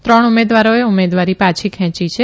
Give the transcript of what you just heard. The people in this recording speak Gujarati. ત્રણ ઉમેદવારોએ ઉમેદવારી પાછી ખેંચી છે